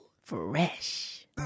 Fresh